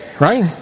right